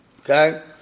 Okay